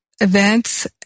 events